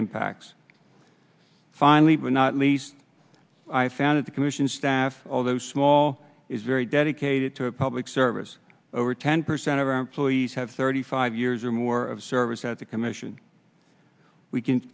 impacts finally but not least i found at the commission staff although small is very dedicated to public service over ten percent of our employees have thirty five years or more of service at the commission we c